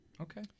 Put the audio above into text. okay